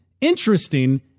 interesting